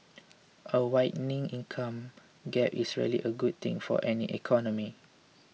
a widening income gap is rarely a good thing for any economy